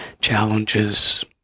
challenges